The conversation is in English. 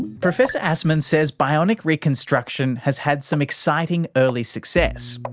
professor aszmann says bionic reconstruction has had some exciting early success,